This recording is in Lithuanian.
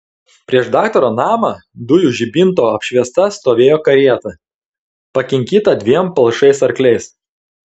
prieš daktaro namą dujų žibinto apšviesta stovėjo karieta pakinkyta dviem palšais arkliais